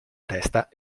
testa